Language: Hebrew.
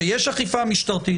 כשיש אכיפה משטרתית,